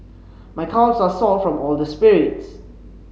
my calves are sore from all the spirits